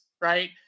right